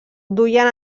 duien